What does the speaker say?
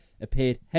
appeared